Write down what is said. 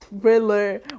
thriller